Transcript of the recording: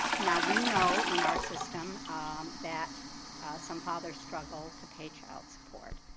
now we know in our system that some fathers struggle to pay child support,